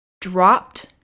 dropped